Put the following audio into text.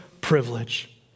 privilege